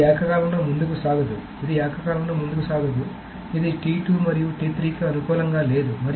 ఇది ఏకకాలంలో ముందుకు సాగదు ఇది ఏకకాలంలో ముందుకు సాగదు ఇది మరియు కి అనుకూలంగా లేదు